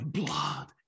blood